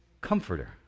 Comforter